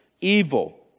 evil